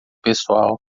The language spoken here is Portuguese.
pessoal